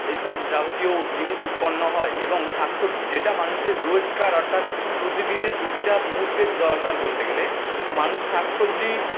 এইসব যাবতীয় জিনিস উৎপন্ন হয় এবং শাকসবজি যেটা মানুষের রোজকার অর্থাৎ প্রতিদিনের প্রতিটা মুহূর্তের দরকার বলতে গেলে তো মানুষ শাকসবজি